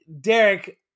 derek